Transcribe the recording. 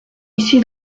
ici